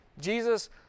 Jesus